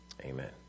Amen